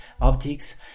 optics